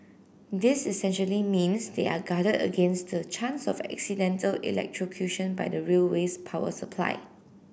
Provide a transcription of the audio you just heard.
this essentially means they are guarded against the chance of accidental electrocution by the railway's power supply